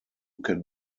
can